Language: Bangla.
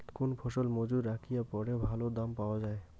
কোন ফসল মুজুত রাখিয়া পরে ভালো দাম পাওয়া যায়?